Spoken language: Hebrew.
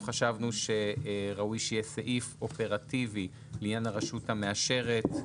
אנחנו חשבנו שראוי שיהיה סעיף אופרטיבי לעניין הרשות המאשרת,